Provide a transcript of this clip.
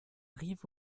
rive